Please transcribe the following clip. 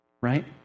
Right